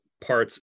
parts